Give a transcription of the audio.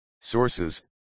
Sources